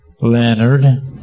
Leonard